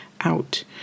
out